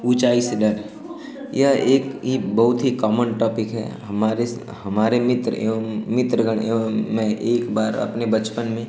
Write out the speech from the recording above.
ऊँचाई से डर यह एक बहुत ही कॉमन टॉपिक है हमारे हमारे मित्र एवं मित्रगण एवं मैं एकबार अपने बचपन में